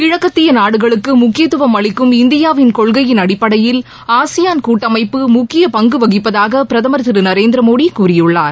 கிழக்கத்திய நாடுகளுக்கு முக்கியத்துவம் அளிக்கும் இந்தியாவின் கொள்கையின் அடிப்படையில் ஆசியான் கூட்டமைப்பு முக்கிய பங்கு வகிப்பதாக பிரதமர் திரு நரேந்திரமோடி கூறியுள்ளார்